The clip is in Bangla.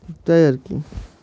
তাই আর কি